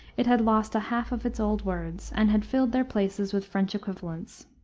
it had lost a half of its old words, and had filled their places with french equivalents.